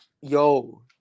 Yo